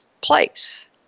place